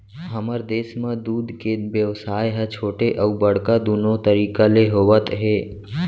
हमर देस म दूद के बेवसाय ह छोटे अउ बड़का दुनो तरीका ले होवत हे